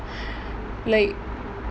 like